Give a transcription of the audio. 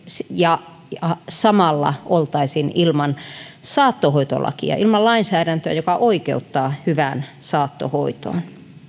ja samalla oltaisiin ilman saattohoitolakia ilman lainsäädäntöä joka oikeuttaa hyvään saattohoitoon